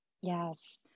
Yes